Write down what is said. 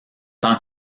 tant